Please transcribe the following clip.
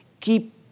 keep